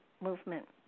movement